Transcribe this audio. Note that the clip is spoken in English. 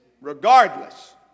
regardless